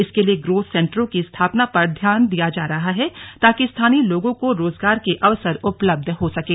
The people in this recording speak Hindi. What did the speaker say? इसके लिये ग्रोथ सेन्टरों की स्थापना पर ध्यान दिया जा रहा है ताकि स्थानीय लोगों को रोजगार के अवसर उपलब्ध हो सकें